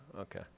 Okay